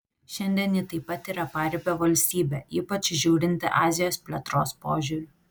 šiandien ji taip pat yra paribio valstybė ypač žiūrinti azijos plėtros požiūriu